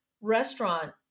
restaurant